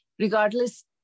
regardless